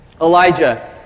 Elijah